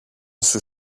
σου